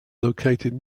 located